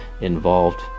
involved